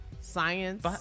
science